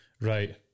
Right